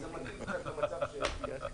זה מתאים למצב היום.